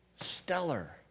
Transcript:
stellar